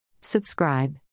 Subscribe